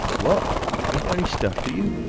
what! ain't there any stuff to you.